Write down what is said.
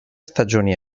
stagioni